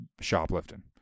shoplifting